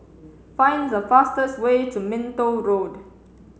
find the fastest way to Minto Road